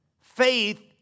Faith